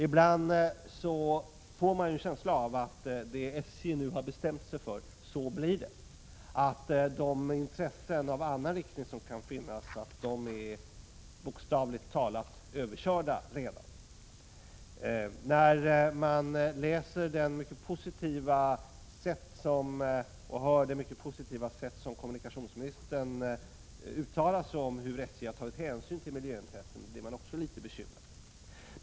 Ibland får man en känsla av att det blir som SJ nu har bestämt sig för och att de intressen i en annan riktning som kan finnas redan är bokstavligt talat överkörda. När man hör hur positivt kommunikationsministern uttalar sig om att SJ har tagit hänsyn till miljöintressena blir man litet bekymrad.